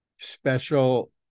special